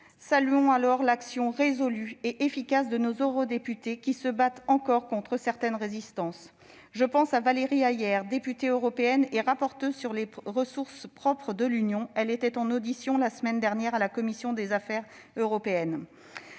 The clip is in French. Saluons l'action résolue et efficace de nos eurodéputés, qui se battent encore contre certaines résistances. Je pense à Valérie Hayer, députée européenne et rapporteure sur les ressources propres de l'Union, qui a été auditionnée la semaine dernière par la commission des affaires européennes.